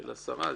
של השרה.